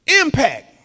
Impact